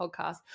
podcast